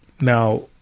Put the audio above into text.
Now